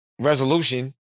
resolution